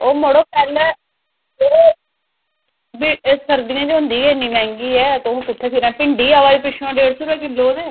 ओह् मड़ो पैह्लें ते सरदियें ई हंदी गै इन्नी मैहंगी ऐ ते भिंडी आवा दी डेढ़ सौ रपेआ किलो ते